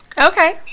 Okay